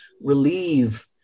relieve